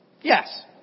yes